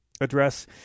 address